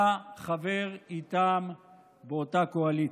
אתה חבר איתם באותה קואליציה.